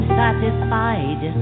satisfied